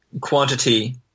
quantity